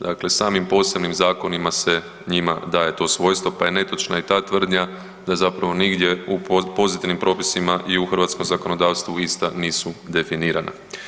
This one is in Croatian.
Dakle, samim posebnim zakonima se njima daje to svojstvo pa je netočna i ta tvrdnja da zapravo nigdje u pozitivnim propisima i u hrvatskom zakonodavstvu ista nisu definirana.